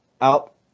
out